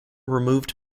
removed